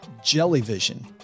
Jellyvision